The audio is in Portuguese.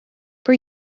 por